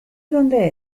dónde